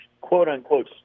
quote-unquote